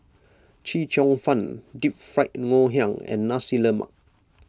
Chee Cheong Fun Deep Fried Ngoh Hiang and Nasi Lemak